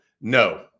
No